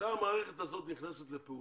מתי המערכת הזאת נכנסת לפעולה?